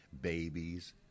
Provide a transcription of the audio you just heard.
babies